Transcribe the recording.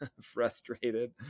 frustrated